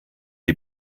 die